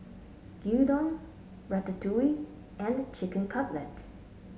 Gyudon Ratatouille and Chicken Cutlet